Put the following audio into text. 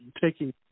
taking